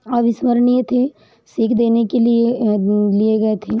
अविस्मरणीय थे सीख देने के लिए गए थे